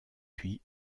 puis